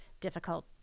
difficult